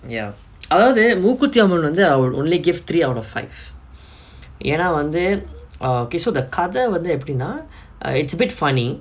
ya அதாவது:athaavathu mookuthiyamman வந்து:vanthu I will only give three out of five ஏன்னா வந்து:yaennaa vanthu okay so the கத வந்து எப்புடினா:katha vanthu eppudinaa it's a bit funny